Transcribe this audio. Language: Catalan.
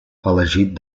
elegit